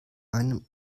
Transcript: einem